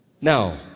now